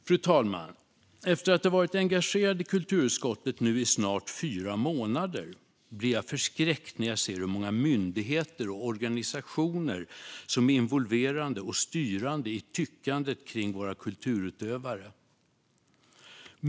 Fru talman! Efter att ha varit engagerad i kulturutskottet i snart fyra månader blir jag förskräckt när jag ser hur många myndigheter och organisationer som är involverade i styrande och tyckande kring våra kulturutövare.